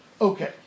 Okay